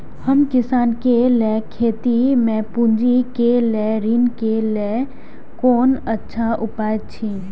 हम किसानके लेल खेती में पुंजी के लेल ऋण के लेल कोन अच्छा उपाय अछि?